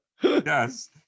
Yes